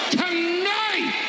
tonight